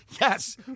Yes